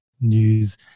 news